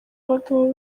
abagabo